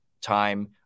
time